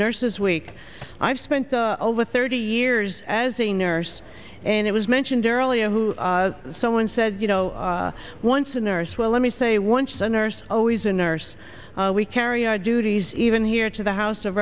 nurses week i've spent over thirty years as a nurse and it was mentioned earlier who someone said you know once a nurse well let me say once a nurse always a nurse we carry our duties even here to the house of